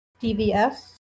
DVS